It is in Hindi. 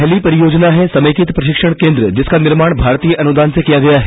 पहली परियोजना है संमेकित प्रशिक्षण केन्द्र जिसका निर्माण भारतीय अनुदान से किया गया है